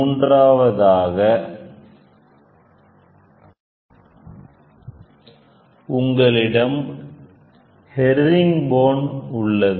மூன்றாவதாக உங்களிடம் ஹெர்ரிங்போன் உள்ளது